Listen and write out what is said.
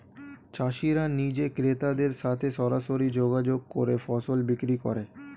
চাষিরা নিজে ক্রেতাদের সাথে সরাসরি যোগাযোগ করে ফসল বিক্রি করে